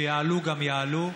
שיעלו גם יעלו.